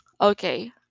Okay